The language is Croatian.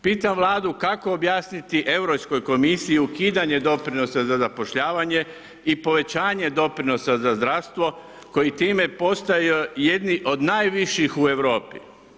Pitam Vladu, kako objasniti Europskoj komisiji ukidanje doprinosa za zapošljavanje i povećanje doprinosa za zdravstvo koji time postaje jedni od najviših u Europi?